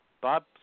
Bob